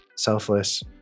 Selfless